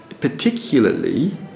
particularly